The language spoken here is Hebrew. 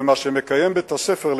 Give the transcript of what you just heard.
ומה שמקיים בית-הספר,